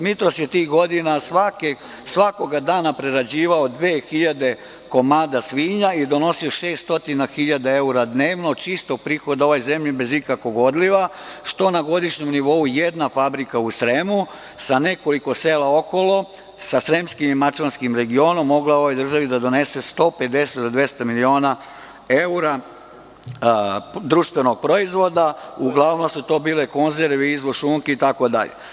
Mitros“ je tih godina svakog dana prerađivao dve hiljade komada svinja i donosio 600 hiljada evra dnevno prihoda, bez ikakvog odliva, što je na godišnjem nivou jedna fabrika u Sremu sa nekoliko sela okolo, sa sremskim i mačvanskim regionom, mogla ovoj državi da donese 150-200 miliona evra društvenog proizvoda, a to su uglavnom bile konzerve, izvoz šunke itd.